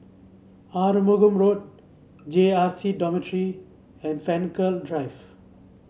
Arumugam Road J R C Dormitory and Frankel Drive